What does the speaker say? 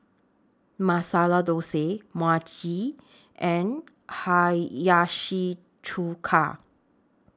Masala Dosa Mochi and Hiyashi Chuka